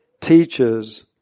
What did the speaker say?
teaches